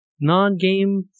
non-game